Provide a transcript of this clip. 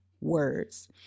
words